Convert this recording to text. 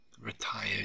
retired